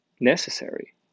necessary